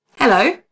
Hello